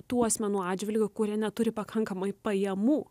tų asmenų atžvilgiu kurie neturi pakankamai pajamų